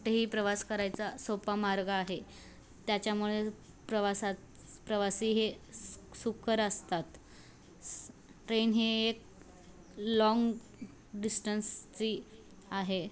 तेही प्रवास करायचा सोपा मार्ग आहे त्याच्यामुळे प्रवासात प्रवासी हे सुखकर असतात ट्रेन हे एक लाॉग डिस्टन्सची आहे